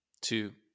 two